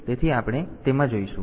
તેથી હવે આપણે તેમાં જઈશું